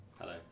Hello